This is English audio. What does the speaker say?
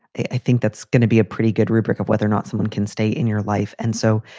i think that's gonna be a pretty good rubric of whether or not someone can stay in your life. and so,